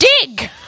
dig